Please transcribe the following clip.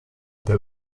there